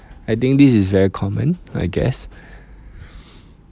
I think this is very common I guess